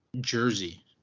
jersey